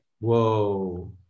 whoa